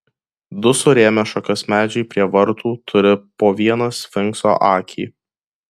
du surėmę šakas medžiai prie vartų turi po vieną sfinkso akį